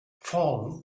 fallen